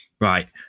Right